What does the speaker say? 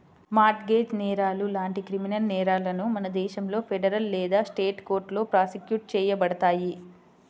mart gauge నేరాలు లాంటి criminal నేరాలను మన దేశంలో ఫెడరల్ లేదా స్టేట్ కోర్టులో ప్రాసిక్యూట్ చేయబడతాయి